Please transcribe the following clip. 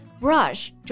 Brush